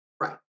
Right